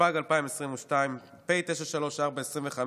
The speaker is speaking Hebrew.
התשפ"ג 2022, פ/934/25,